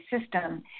system